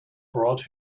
brought